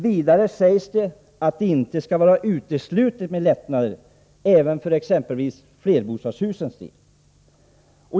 Vidare sägs att det inte skall vara uteslutet med lättnader även för exempelvis flerbostadshusens del.